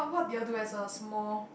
what do you all do as a small